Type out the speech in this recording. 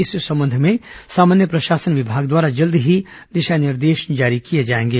इस संबंध में सामान्य प्रशासन विभाग द्वारा जल्द ही दिशा निर्देश जारी किए जाएंगे